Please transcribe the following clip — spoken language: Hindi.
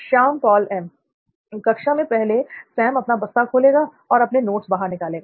श्याम पॉल एम कक्षा में पहले सैम अपना बस्ता खोलेगा और अपने नोट्स बाहर निकालेगा